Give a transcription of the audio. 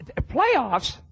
Playoffs